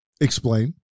Explain